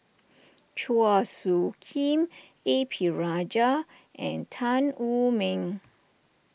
Chua Soo Khim A P Rajah and Tan Wu Meng